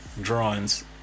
drawings